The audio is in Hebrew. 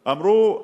אמרו: